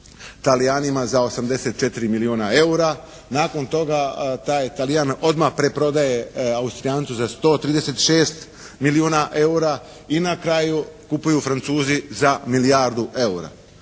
Talijanima za 84 milijuna eura. Nakon toga taj je Talijan odmah preprodaje Austrijancu za 136 milijuna eura. I na kraju kupuju Francuzi za milijardu eura.